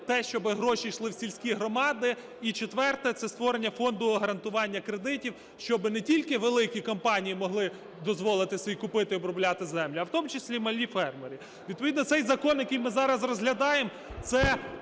те, щоб гроші йшли в сільські громади, і четверте – це створення Фонду гарантування кредитів, щоб не тільки великі компанії могли дозволити собі купити і обробляти землю, а в тому числі малі фермери. Відповідно цей закон, який ми зараз розглядаємо, це